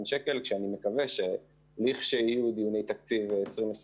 שקלים ואני מקווה שכאשר יהיו דיוני התקציב ל-2021,